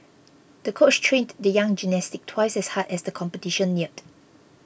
the coach trained the young gymnast twice as hard as the competition neared